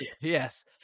Yes